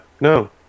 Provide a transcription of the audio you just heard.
No